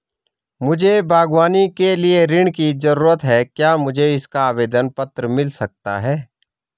मुझे बागवानी के लिए ऋण की ज़रूरत है क्या मुझे इसका आवेदन पत्र मिल सकता है?